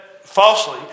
falsely